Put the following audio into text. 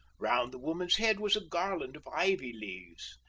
round the woman's head was a garland of ivy leaves,